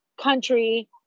country